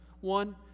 One